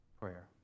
prayer